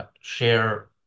share